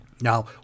Now